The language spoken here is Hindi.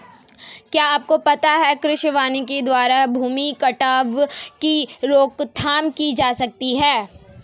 क्या आपको पता है कृषि वानिकी के द्वारा भूमि कटाव की रोकथाम की जा सकती है?